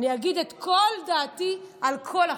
אני אגיד את כל דעתי על כל החוק.